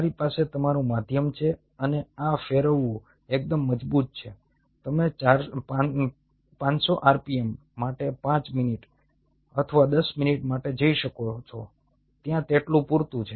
તમારી પાસે તમારું માધ્યમ છે અને આ ફેરવવું એકદમ મજબૂત છે તમે 500 rpm માટે 5 મિનિટ અથવા 10 મિનિટ માટે જઈ શકો છો ત્યાં તેટલું પૂરતું છે